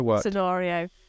scenario